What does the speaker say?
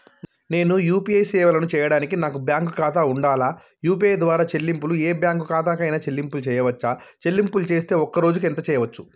నేను యూ.పీ.ఐ సేవలను చేయడానికి నాకు బ్యాంక్ ఖాతా ఉండాలా? యూ.పీ.ఐ ద్వారా చెల్లింపులు ఏ బ్యాంక్ ఖాతా కైనా చెల్లింపులు చేయవచ్చా? చెల్లింపులు చేస్తే ఒక్క రోజుకు ఎంత చేయవచ్చు?